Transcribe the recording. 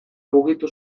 mugitu